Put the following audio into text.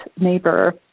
neighbor